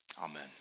Amen